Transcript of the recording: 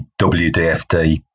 WDFD